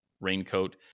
raincoat